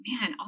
man